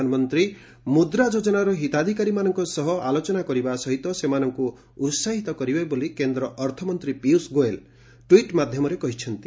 ପ୍ରଧାନମନ୍ତ୍ରୀ ମୁଦ୍ରା ଯୋଜନାର ହିତାଧିକାରୀଙ୍କ ସହ ଆଲୋଚନା କରିବା ସହିତ ସେମାନଙ୍କୁ ଉତ୍ସାହିତ କରିବେ ବୋଲି କେନ୍ଦ୍ର ଅର୍ଥମନ୍ତ୍ରୀ ପିୟୁଷ ଗୋଏଲ ଟୁଇଟ୍ କରି କହିଛନ୍ତି